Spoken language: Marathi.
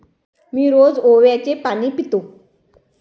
मी रोज ओव्याचे पाणी पितो